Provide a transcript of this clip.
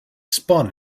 spun